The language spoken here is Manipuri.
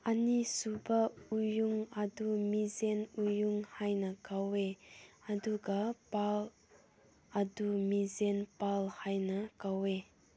ꯑꯅꯤꯁꯨꯕ ꯎꯌꯨꯡ ꯑꯗꯨ ꯃꯤꯖꯦꯟ ꯎꯌꯨꯡ ꯍꯥꯏꯅ ꯀꯧꯋꯤ ꯑꯗꯨꯒ ꯄꯥꯜ ꯑꯗꯨ ꯃꯤꯖꯦꯟ ꯄꯥꯜ ꯍꯥꯏꯅ ꯀꯧꯋꯤ